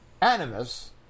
animus